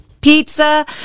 pizza